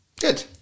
Good